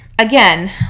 Again